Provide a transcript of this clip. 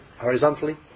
horizontally